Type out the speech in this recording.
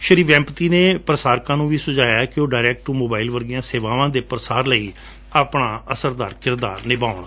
ਸ਼ੀ ਵੈਮਪਤੀ ਨੇ ਪ੍ਰਸਾਰਕਾਂ ਨੂੰ ਵੀ ਸੁਝਾਇਆ ਕਿ ਉਹ ਡਾਇਰੈਕਟ ਟੂ ਮੋਬਾਇਲ ਸੇਵਾਵਾਂ ਦੇ ਪ੍ਰਸਾਰ ਲਈ ਆਪਣਾ ਅਸਰਦਾਰ ਕਿਰਦਾਰ ਨਿਭਾਉਣ